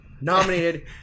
Nominated